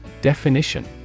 Definition